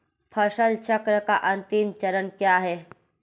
फसल चक्र का अंतिम चरण क्या है?